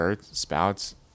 spouts